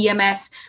EMS